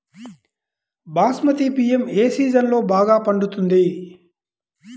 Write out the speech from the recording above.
బాస్మతి బియ్యం ఏ సీజన్లో బాగా పండుతుంది?